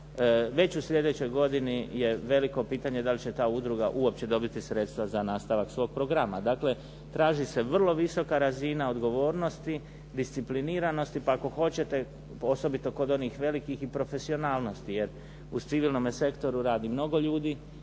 već u sljedećoj godini je veliko pitanje da li će ta udruga uopće dobiti sredstva za nastavak svog programa. Dakle, traži se vrlo visoka razina odgovornosti, discipliniranosti, pa ako hoćete, osobito kod onih velikih i profesionalnost. Jer u civilnome sektoru radi mnogu ljudi,